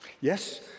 Yes